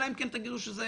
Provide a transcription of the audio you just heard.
אלא אם כן תגידו לנו שזה